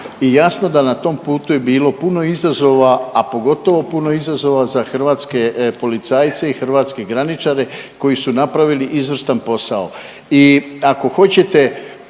I jasno da na tom putu je bilo puno izazova, a pogotovo puno izazova za hrvatske policajce i hrvatske graničare koji su napravili izvrstan posao.